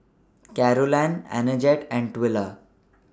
Carolann and Twila